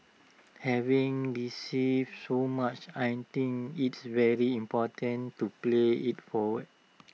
having received so much I think it's very important to pay IT forward